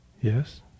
Yes